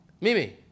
Mimi